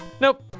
nope.